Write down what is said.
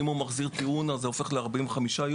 אם הוא מחזיר טיעון אז זה הופך ל-45 ימים,